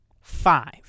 five